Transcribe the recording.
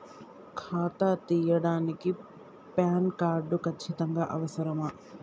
ఖాతా తీయడానికి PAN card ఖచ్చితంగా అవసరమా?